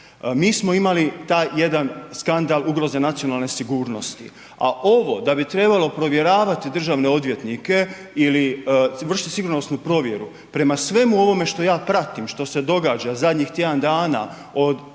Mi smo imali taj jedan skandal ugroze nacionalne sigurnosti, a ovo, da bi trebalo provjeravati državne odvjetnike ili vršiti sigurnosnu provjeru prema svemu ovome što ja pratim što se događa zadnjih tjedan